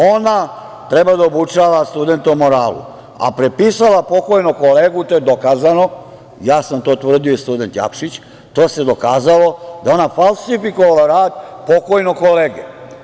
Ona treba da obučava studente o moralu, a prepisala od pokojnog kolege, to je dokazano, ja sam to tvrdio i student Jakšić, to se dokazalo, da je ona falsifikovala rad pokojnog kolege.